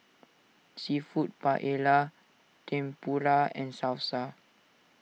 Seafood Paella Tempura and Salsa